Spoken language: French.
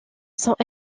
sont